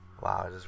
Wow